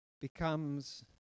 becomes